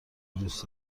دوس